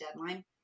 deadline